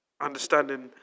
understanding